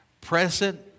present